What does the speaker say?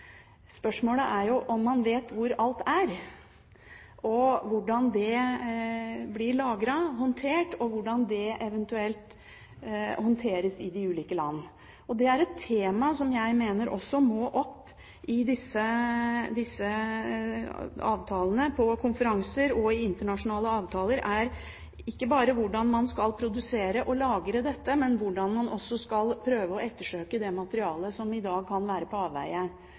Spørsmålet er jo om man vet hvor alt er, og hvordan det blir lagret, håndtert, og hvordan det eventuelt håndteres i de ulike land. Et tema som jeg mener også må opp på konferanser og inn i internasjonale avtaler, er ikke bare hvordan man skal produsere og lagre dette, men hvordan man skal prøve å ettersøke det materialet som i dag kan være på